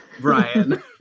Brian